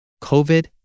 COVID